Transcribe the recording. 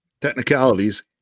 technicalities